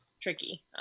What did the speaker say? tricky